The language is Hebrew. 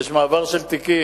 מעבר של תיקים,